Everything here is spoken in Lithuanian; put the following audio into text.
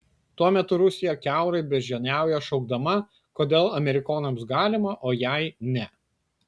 tuo metu rusija kiaurai beždžioniauja šaukdama kodėl amerikonams galima o jai ne